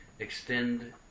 Extend